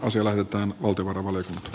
on siellä jotain muuta ole